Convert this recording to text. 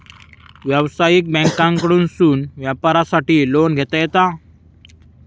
व्यवसायिक बँकांकडसून व्यापारासाठी लोन घेता येता